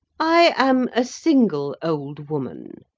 i am a single old woman.